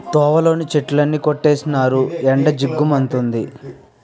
తోవలోని చెట్లన్నీ కొట్టీసినారు ఎండ జిగ్గు మంతంది